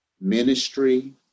ministry